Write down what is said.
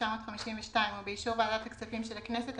התשי"ב-1952 ובאישור ועדת הכספים של הכנסת,